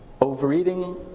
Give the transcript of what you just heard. overeating